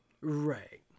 Right